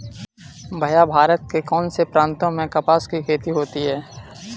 भैया भारत के कौन से प्रांतों में कपास की खेती होती है?